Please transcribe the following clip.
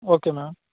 okay ma'am